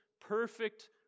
perfect